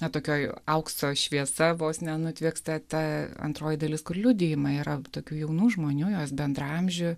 na tokioj aukso šviesa vos nenutvieksta ta antroji dalis kur liudijimai yra tokių jaunų žmonių jos bendraamžių